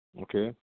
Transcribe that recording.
okay